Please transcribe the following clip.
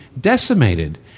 decimated